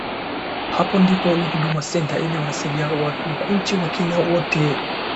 Hapo ndipo ni huduma centre ili wanasaidia watu nchi wakenya wote.